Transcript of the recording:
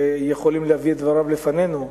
שיכולים להביא את דבריו לפנינו,